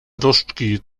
różdżki